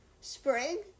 spring